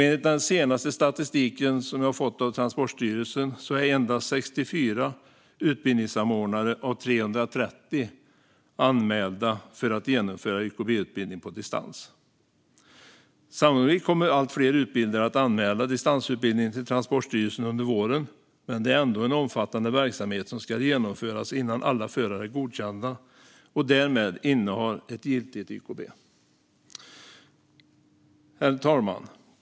Enligt den senaste statistiken jag har fått av Transportstyrelsen är endast 64 av 330 utbildningssamordnare anmälda för att genomföra YKB-utbildning på distans. Sannolikt kommer allt fler utbildare att anmäla distansutbildning till Transportstyrelsen under våren, men det är ändå en omfattande verksamhet som ska genomföras innan alla förare är godkända och därmed innehar ett giltigt YKB. Herr talman!